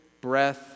breath